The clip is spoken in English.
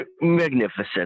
Magnificent